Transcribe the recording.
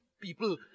People